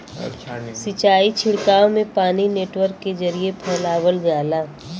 सिंचाई छिड़काव में पानी नेटवर्क के जरिये फैलावल जाला